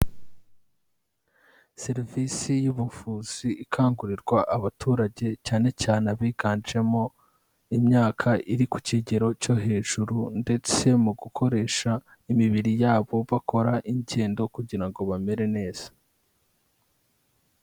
Serivisi y'ubuvuzi ikangurirwa abaturage cyane cyane abiganjemo imyaka iri ku kigero cyo hejuru ndetse mu gukoresha imibiri yabo bakora ingendo kugira ngo bamere neza.